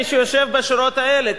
מי שיושב בשורות האלה,